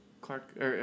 Clark